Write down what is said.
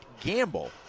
Gamble